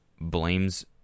blames